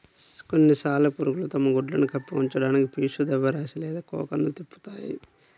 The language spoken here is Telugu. కొన్ని సాలెపురుగులు తమ గుడ్లను కప్పి ఉంచడానికి పీచు ద్రవ్యరాశి లేదా కోకన్ను తిప్పుతాయి